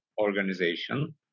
organization